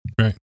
Right